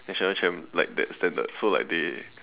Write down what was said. national champ like that standard so like they